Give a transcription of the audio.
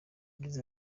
yagize